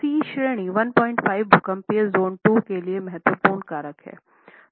तो सी श्रेणी 15 भूकंपीय जोन II के लिए महत्वपूर्ण कारक है